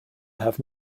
have